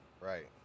right